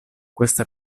questa